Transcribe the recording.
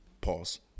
Pause